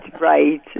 right